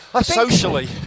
Socially